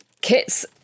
Kit's